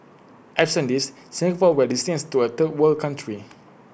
absent these Singapore will descend to A third world country